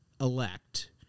elect